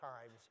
times